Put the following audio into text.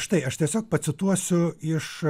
štai aš tiesiog pacituosiu iš